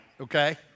okay